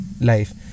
life